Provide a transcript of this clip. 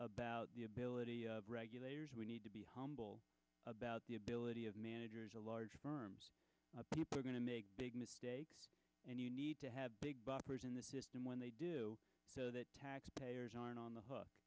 about the ability regulators we need to be humble about the ability of managers a large firms people are going to make big mistakes and you need to have big boppers in the system when they do so that taxpayers aren't on the hook